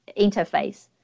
interface